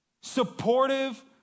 supportive